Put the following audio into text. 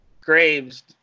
Graves